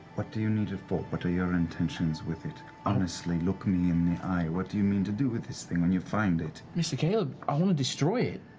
what do you need it for? what are your intentions with it? honestly, look me in the eye. what do you mean to do with this thing when you find it? mark mr. caleb, i want to destroy it.